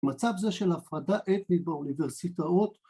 ‫מצב זה של הפרדה אתנית ‫באוניברסיטאות.